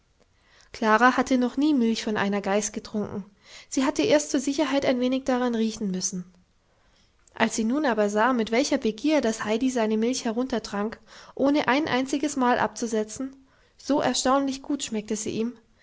klara hatte noch nie milch von einer geiß getrunken sie hatte erst zur sicherheit ein wenig daran riechen müssen als sie nun aber sah mit welcher begier das heidi seine milch heruntertrank ohne ein einziges mal abzusetzen so erstaunlich gut schmeckte sie ihm